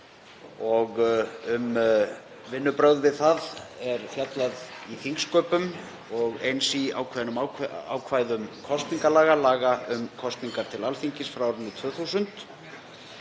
Um vinnubrögð við það er fjallað í þingsköpum og eins í ákveðnum ákvæðum kosningalaga, laga um kosningar til Alþingis frá árinu 2000.